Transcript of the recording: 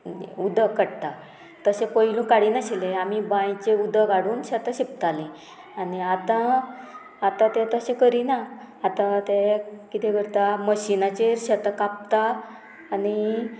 उदक काडटा तशें पयलू काडिनाशिल्ले आमी बांयचे उदक हाडून शेतां शिंपताली आनी आतां आतां ते तशें करिना आतां ते कितें करता मशिनाचेर शेतां कापता आनी